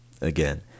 again